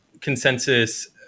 consensus